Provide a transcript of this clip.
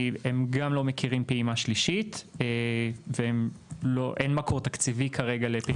הם גם לא מכירים פעימה שלישית ואין מקור תקציבי כרגע לפעימה שלישית.